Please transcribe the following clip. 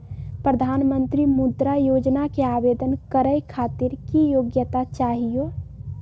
प्रधानमंत्री मुद्रा योजना के आवेदन करै खातिर की योग्यता चाहियो?